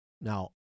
now